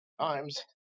times